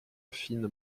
fines